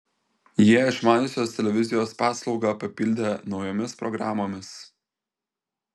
jie išmaniosios televizijos paslaugą papildė naujomis programomis